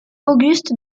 auguste